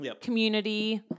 community